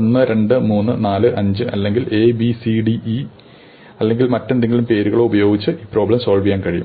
1 2 3 4 5 അല്ലെങ്കിൽ a b c d e അല്ലെങ്കിൽ മറ്റെന്തെങ്കിലും പേരുകളോ ഉപയോഗിച്ച് ഈ പ്രോബ്ലം സോൾവ് ചെയ്യുവാൻ കഴിയും